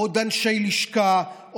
עוד אנשי לשכה,